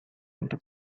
into